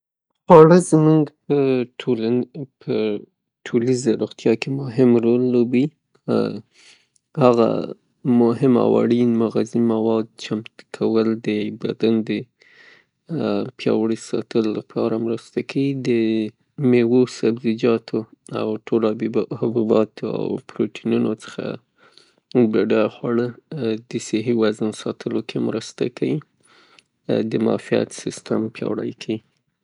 خواړه زموږ په ټولیزه روغتیا کې مهم رول لري. هغه مهم او اړین غذايي مواد چمتو کول د بدن د پیاوړي ساتلو له پاره مرسته کیي. د میوو سبزیجاتو او ټولو حبوباتو او پروټینونو څخه بډایه خواړه د صحي وزن ساتلو کې مرسته کیي. د معافیت سیستم پیاوړی کیي.